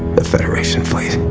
the federation fleet.